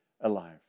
alive